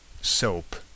soap